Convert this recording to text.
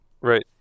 right